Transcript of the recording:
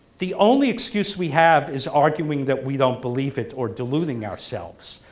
the only excuse we have is arguing that we don't believe it or deluding ourselves.